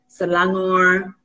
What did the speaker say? Selangor